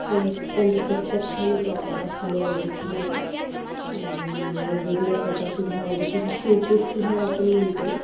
त्यां त्यांचा प्रतिसाद छान येतो आपल्याला फुलं वगैरे छान येतात आणि वेगवेगळ्या प्रकारची झाडं जसे की शोकेसची झाडं आपण म्हणतो